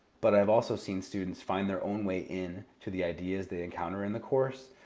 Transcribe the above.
but i've also seen students find their own way in to the ideas they encounter in the course,